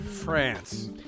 France